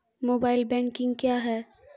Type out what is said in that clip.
Mobile banking क्या हैं?